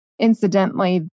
Incidentally